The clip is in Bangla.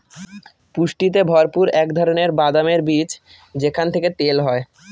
পুষ্টিতে ভরপুর এক ধরনের বাদামের বীজ যেখান থেকে তেল হয়